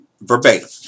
verbatim